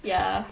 ya